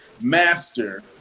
master